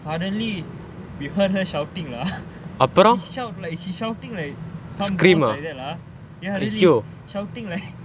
suddenly we heard her shouting lah she shout like she shouting like some ghost like that lah ya really shouting like